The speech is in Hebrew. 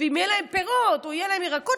ואם יהיו להם פירות או יהיו להם ירקות,